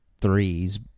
threes